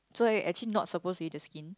so I actually not supposed to eat the skin